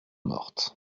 morte